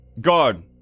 Guard